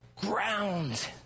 ground